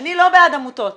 אני לא בעד עמותות,